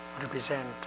represent